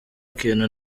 kintu